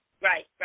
right